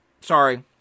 Sorry